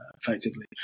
effectively